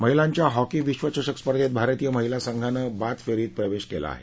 महिलांच्या हॉकी विध्वचषक स्पर्धेत भारतीय महिला संघानं बाद फेरीत प्रवेश केला आहे